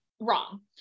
wrong